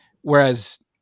Whereas